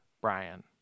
Brian